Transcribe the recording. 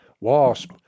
wasp